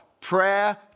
Prayer